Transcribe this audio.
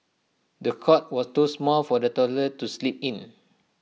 the cot was too small for the toddler to sleep in